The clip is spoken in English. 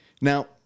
now